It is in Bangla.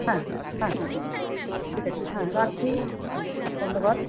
হ্যাঁ হ্যাঁ হ্যাঁ হ্যাঁ হ্যাঁ হ্যাঁ ঠিক আছে হ্যাঁ রাখছি হ্যাঁ ধন্যবাদ